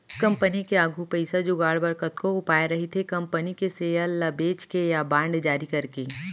company के आघू पइसा जुगाड़ बर कतको उपाय रहिथे कंपनी के सेयर ल बेंच के या बांड जारी करके